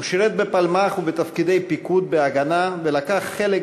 הוא שירת בפלמ"ח ובתפקידי פיקוד ב"הגנה" ולקח חלק